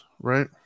right